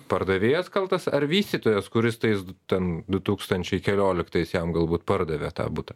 pardavėjas kaltas ar vystytojas kuris tais ten du tūkstančiai kelioliktais jam galbūt pardavė tą butą